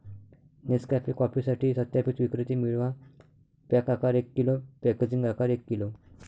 Nescafe कॉफीसाठी सत्यापित विक्रेते मिळवा, पॅक आकार एक किलो, पॅकेजिंग आकार एक किलो